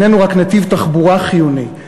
איננו רק נתיב תחבורה חיוני.